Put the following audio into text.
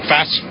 Fast